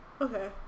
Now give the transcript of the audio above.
Okay